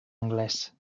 anglès